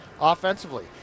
offensively